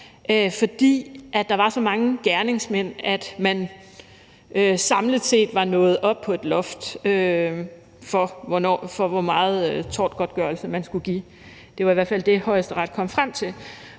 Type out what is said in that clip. fordi der var så mange gerningsmænd, at man samlet set var nået op på et loft for, hvor meget tortgodtgørelse man skulle give. Det var i hvert fald det, Højesteret kom frem til,